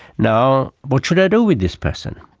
now what should i do with this person?